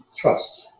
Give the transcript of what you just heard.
trust